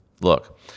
Look